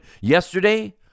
yesterday